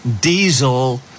diesel